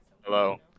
Hello